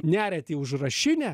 neriat į užrašinę